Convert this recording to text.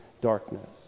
darkness